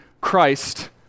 Christ